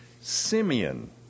Simeon